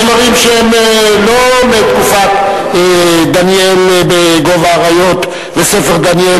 יש דברים שהם לא מתקופת דניאל בגוב האריות בספר דניאל.